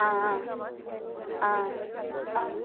आं आं आं हय